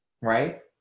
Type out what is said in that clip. right